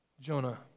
Jonah